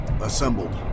assembled